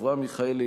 אברהם מיכאלי,